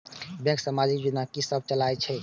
Bank समाजिक योजना की सब चलावै छथिन?